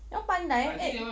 dia orang pandai kan eh